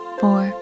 four